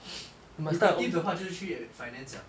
lucrative 的话就是去 finance liao